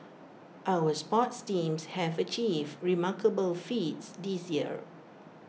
our sports teams have achieved remarkable feats this year